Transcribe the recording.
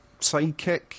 sidekick